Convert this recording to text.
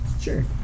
Sure